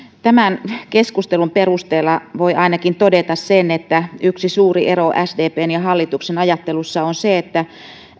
tämän keskustelun perusteella voi ainakin todeta sen että yksi suuri ero sdpn ja hallituksen ajattelussa on se että